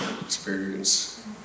experience